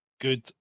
good